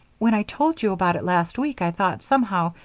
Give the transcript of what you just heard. when i told you about it last week i thought, somehow,